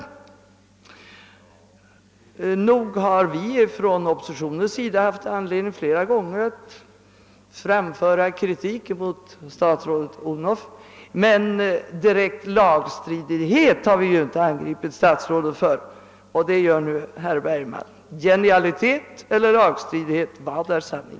Nog har vi från oppositionens sida flera gånger haft anledning att framföra kritik mot statsrådet Odhnoff, men direkt lagstridighet har vi ju inte angripit statsrådet för. Det gör nu herr Bergman. Genialitet eller lagstridighet — vad är sanning?